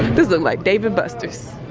this looks like dave and buster's.